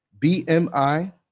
BMI